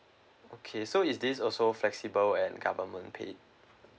okay so is this also flexible and government paid